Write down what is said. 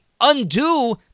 undo